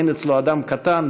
אין אצלו אדם קטן,